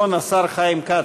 נכון, השר חיים כץ?